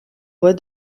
voie